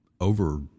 over